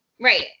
Right